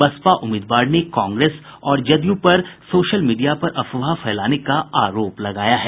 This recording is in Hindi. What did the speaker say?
बसपा उम्मीदवार ने कांग्रेस और जदयू पर सोशल मीडिया पर अफवाह फैलाने का आरोप लगाया है